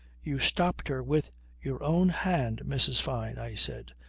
you stopped her with your own hand, mrs. fyne, i said.